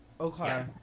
Okay